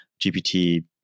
GPT